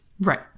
right